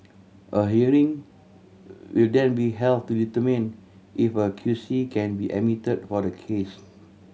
a hearing will then be held to determine if a Q C can be admitted for the case